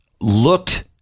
looked